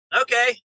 Okay